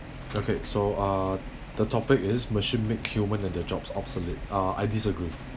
okay so uh the topic is machine make human and their jobs obsolete uh I disagree